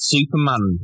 Superman